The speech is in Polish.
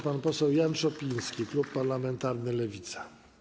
Pan poseł Jan Szopiński, klub parlamentarny Lewica.